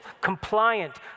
compliant